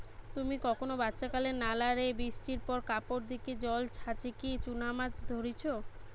তুমি কখনো বাচ্চাকালে নালা রে বৃষ্টির পর কাপড় দিকি জল ছাচিকি চুনা মাছ ধরিচ?